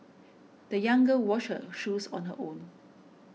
the young girl washed her shoes on her own